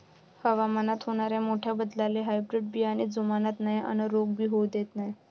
हवामानात होनाऱ्या मोठ्या बदलाले हायब्रीड बियाने जुमानत नाय अन रोग भी होऊ देत नाय